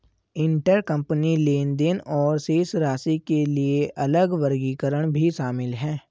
intercompany लेनदेन और शेष राशि के लिए अलग वर्गीकरण भी शामिल हैं